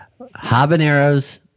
Habaneros